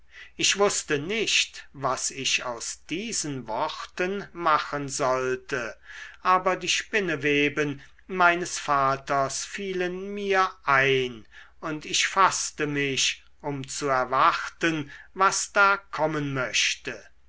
ich wußte nicht was ich aus diesen worten machen sollte aber die spinneweben meines vaters fielen mir ein und ich faßte mich um zu erwarten was da kommen möchte